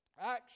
action